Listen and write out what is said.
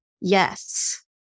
yes